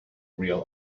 real